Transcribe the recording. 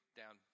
down